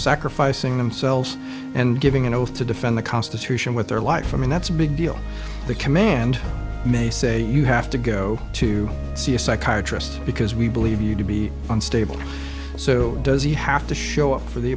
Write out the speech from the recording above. sacrificing themselves and giving an oath to defend the constitution with their life and that's a big deal the command may say you have to go to see a psychiatrist because we believe you to be unstable so does he have to show up for the